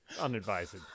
unadvised